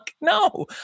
no